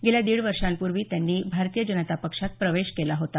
गेल्या दीड वर्षांपूर्वी त्यांनी भारतीय जनता पक्षात प्रवेश केला होता